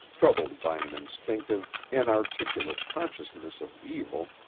troubled by an instinctive, inarticulate consciousness of evil,